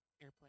Airplane